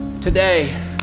today